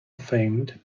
famed